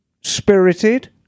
Spirited